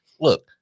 look